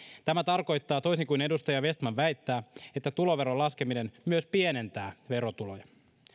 tämä tarkoittaa toisin kuin edustaja vestman väittää että tuloveron laskeminen myös pienentää verotuloja